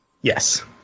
Yes